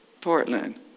Portland